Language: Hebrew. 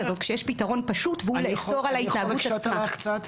הזאת כשיש פתרון פשוט והוא לאסור על ההתנהגות עצמה.